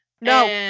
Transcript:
No